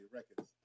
Records